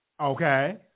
Okay